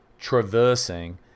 traversing